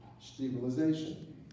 stabilization